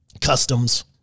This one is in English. customs